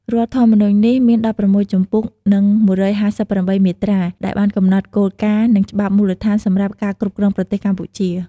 រដ្ឋធម្មនុញ្ញនេះ មាន១៦ជំពូក និង១៥៨មាត្រា ដែលបានកំណត់គោលការណ៍ និងច្បាប់មូលដ្ឋានសម្រាប់ការគ្រប់គ្រងប្រទេសកម្ពុជា។